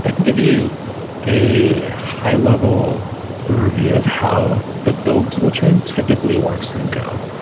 ah can give you a high-level overview of how the build tool chain typically works in go.